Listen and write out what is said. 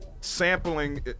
sampling –